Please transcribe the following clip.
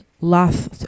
laugh